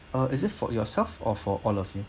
uh is it for yourself or for all of you